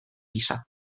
gisa